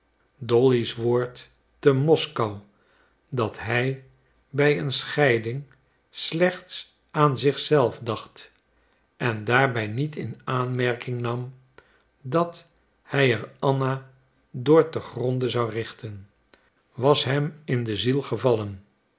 dolly's woord te moskou dat hij bij een scheiding slechts aan zich zelf dacht en daarbij niet in aanmerking nam dat hij er anna door te gronde zou richten was hem in de ziel gevallen